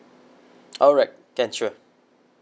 alright can sure